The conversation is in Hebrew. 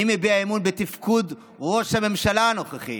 מי מביע אמון בתפקוד ראש הממשלה הנוכחי,